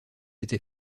était